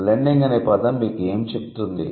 blending అనే పదం మీకు ఏమి చెబుతుంది